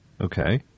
Okay